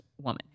woman